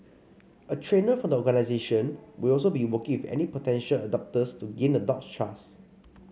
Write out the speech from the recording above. a trainer from the organisation will also be working with any potential adopters to gain the dog's trust